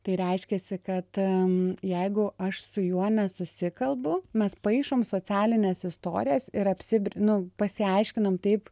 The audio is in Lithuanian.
tai reiškiasi kad jeigu aš su juo nesusikalbu mes paišom socialines istorijas ir apsibr nu pasiaiškinam taip